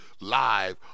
live